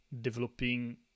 developing